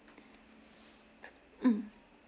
mm